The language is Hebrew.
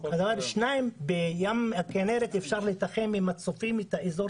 שניים בכינרת אפשר לתחם עם מצופים את אזור